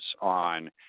on